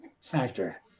factor